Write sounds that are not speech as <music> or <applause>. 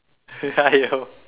<laughs> !aiyo!